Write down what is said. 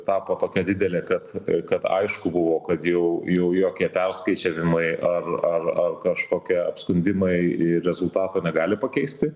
tapo tokia didelė kad kad aišku buvo kad jau jau jokie perskaičiavimai ar ar ar kažkokie apskundimai rezultato negali pakeisti